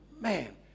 Man